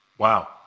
Wow